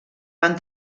van